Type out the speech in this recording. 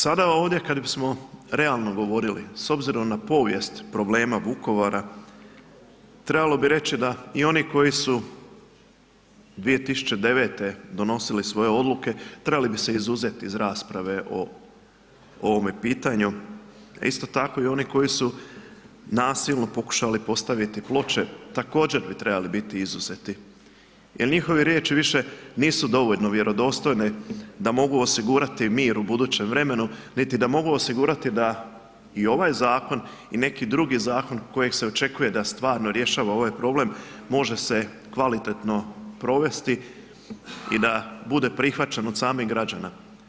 Sada ovdje kada bismo realno govorili s obzirom na povijest problema Vukovara, trebalo bi reći da i oni koji su 2009. donosili svoje odluke, trebali bi se izuzeti iz rasprave o ovome pitanju, a isto tako i oni koji su nasilno pokušali postaviti ploče, također, bi trebali biti izuzeti jer njihove riječi više nisu dovoljno vjerodostojne da mogu osigurati mir u budućem vremenu niti da mogu osigurati da i ovaj zakon i neki drugi zakon koji se očekuje da stvarno rješava ovaj problem, može se kvalitetno provesti i da bude prihvaćen od samih građana.